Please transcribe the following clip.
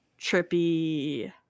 trippy